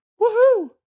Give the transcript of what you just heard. Woohoo